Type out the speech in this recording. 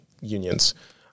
unions